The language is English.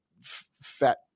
fat